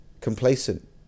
complacent